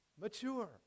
Mature